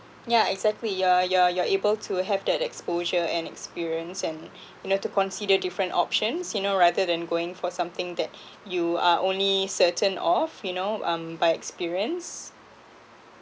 yeah exactly you're you're you're able to have that exposure and experience and you know to consider different options you know rather than going for something that you are only certain of you know um by experience